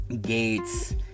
gates